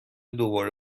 دوباره